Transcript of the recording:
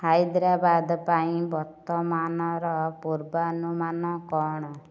ହାଇଦ୍ରାବାଦ ପାଇଁ ବର୍ତ୍ତମାନର ପୂର୍ବାନୁମାନ କ'ଣ